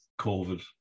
Covid